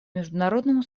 международному